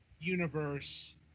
universe